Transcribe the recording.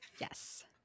Yes